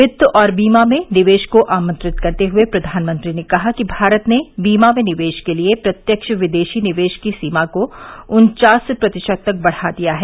वित्त और बीमा में निवेश को आमंत्रित करते हुए प्रधानमंत्री ने कहा कि भारत ने बीमा में निवेश के लिए प्रत्यक्ष विदेशी निवेश की सीमा को उन्चास प्रतिशत तक बढ़ा दिया है